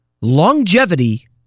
Longevity